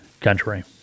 Country